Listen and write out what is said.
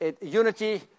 Unity